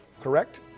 correct